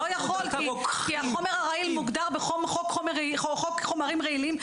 אתה לא יכול כי החומר הרעיל מוגדר בחוק חומרים רעילים,